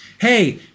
Hey